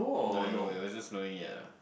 no it wasn't it wasn't snowing yet ah